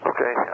Okay